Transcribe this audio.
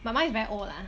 but mine is very old lah